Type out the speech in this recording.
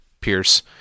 Pierce